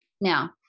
now